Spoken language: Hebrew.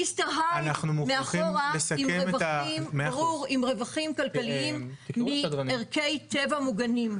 מיסטר הייד מאחורה עם רווחים כלכליים מערכי טבע מוגנים.